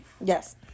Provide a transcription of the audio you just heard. Yes